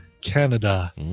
Canada